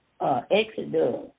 Exodus